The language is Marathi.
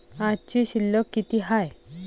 आजची शिल्लक किती हाय?